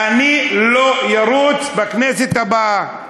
אני לא ארוץ בכנסת הבאה.